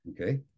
Okay